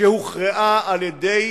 שהוכרעה על-ידי